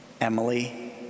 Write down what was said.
Emily